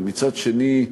ומצד שני,